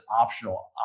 optional